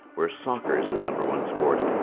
where soccer is the number one sport,